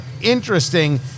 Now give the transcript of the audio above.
interesting